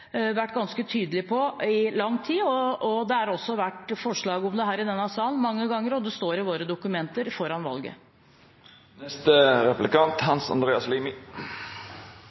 vært ganske tydelig på i lang tid. Det har også vært forslag om det her i denne salen mange ganger, og det sto i våre dokumenter